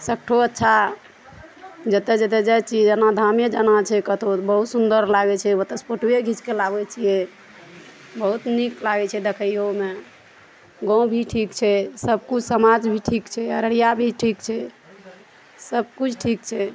सबठाम अच्छा जेतऽ जेतऽ जाइ छी जेना धामे जेना छै कतहो बहुत सुन्दर लागै छै ओतऽ सऽ फोटोए घीचके लाबै छियै बहुत नीक लागै छै देखैयोमे गाँव भी ठीक छै सबकिछु समाज भी ठीक छै अररिया भी ठीक छै सबकिछु ठीक छै